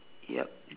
yup